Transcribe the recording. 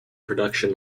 production